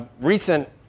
recent